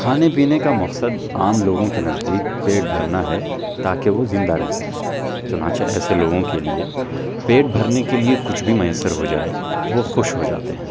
کھانے پینے کا مقصد عام لوگوں کے نزدیک پیٹ بھرنا ہے تاکہ وہ زندہ رہ سکیں چنانچہ ایسے لوگوں کے لیے پیٹ بھرنے کے لیے کچھ بھی میسر ہو جائے وہ خوش ہو جاتے ہیں